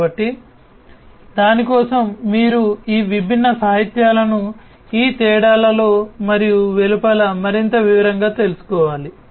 కాబట్టి దాని కోసం మీరు ఈ విభిన్న సాహిత్యాలను ఈ తేడాలలో మరియు వెలుపల మరింత వివరంగా తెలుసుకోవాలి